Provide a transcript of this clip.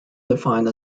defined